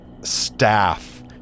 staff